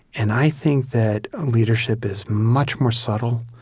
and i think that leadership is much more subtle,